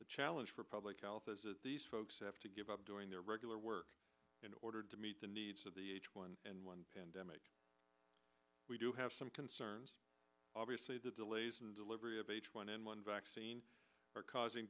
the challenge for public health is that these folks have to give up doing their regular work in order to meet the needs of the h one n one pandemic we do have some concerns obviously the delays in the delivery of h one n one vaccine are causing